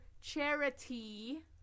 Charity